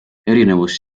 erinevus